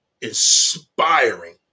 inspiring